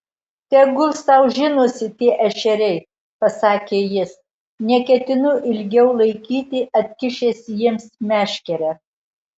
tegul sau žinosi tie ešeriai pasakė jis neketinu ilgiau laikyti atkišęs jiems meškerę